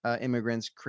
immigrants